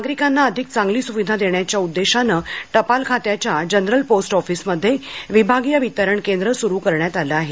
नागरिकांना अधिक चांगली सुविधा देण्याच्या उद्देशाने टपाल खात्याच्या जनरल पोस्ट ऑफीस इथं विभागीय वितरण केंद्र सुरू करण्यात आलं आहे